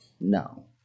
No